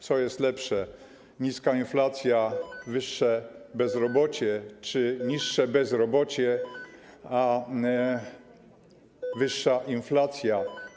Co jest lepsze: niska inflacja i wyższe bezrobocie czy niższe bezrobocie i wyższa inflacja?